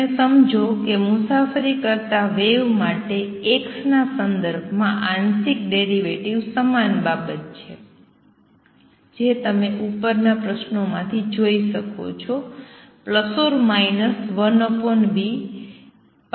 તમે સમજો કે મુસાફરી કરતાં વેવ માટે x ના સંદર્ભ માં આંશિક ડેરિવેટિવ સમાન બાબત છે જે તમે ઉપરના પ્રશ્નોમાંથી જોઈ શકો છો 1v∂f∂t